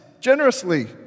generously